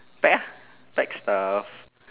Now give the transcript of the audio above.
pack ah pack stuff